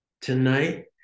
tonight